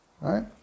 right